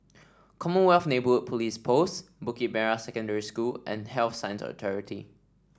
Commonwealth Neighbourhood Police Post Bukit Merah Secondary School and Health Sciences Authority